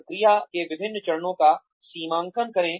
प्रक्रिया के विभिन्न चरणों का सीमांकन करें